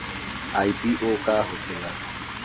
IPO का होखेला?